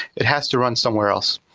it has to run somewhere else.